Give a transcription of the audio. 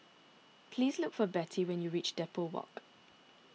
please look for Bettye when you reach Depot Walk